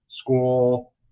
school